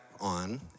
on